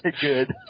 good